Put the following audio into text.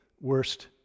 worst